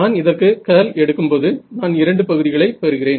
நான் இதற்கு கர்ல் இருக்கும்போது நான் இரண்டு பகுதிகளை பெறுகிறேன்